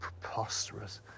preposterous